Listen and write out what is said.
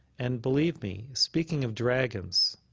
and believe me, speaking of dragons